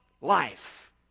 life